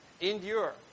Endure